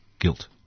guilt